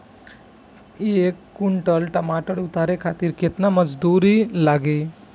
एक कुंटल टमाटर उतारे खातिर केतना मजदूरी लागी?